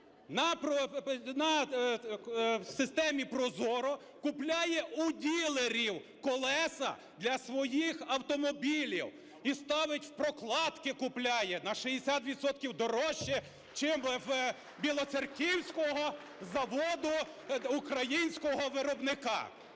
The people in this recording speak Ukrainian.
в системі ProZorro купляє у дилерів колеса для своїх автомобілів і ставить, прокладки купляє на 60 відсотків дорожче, чим у Білоцерківського заводу, українського виробника?